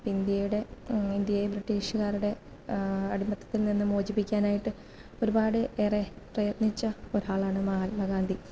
ഇന്ത്യയുടെ ഇന്ത്യയെ ബ്രിട്ടീഷുകാരുടെ അടിമത്തത്തിൽനിന്നും മോചിപ്പിക്കാനായിട്ട് ഒരുപാട് ഏറെ പ്രയത്നിച്ച ഒരാളാണ് മാഹാത്മാഗാന്ധി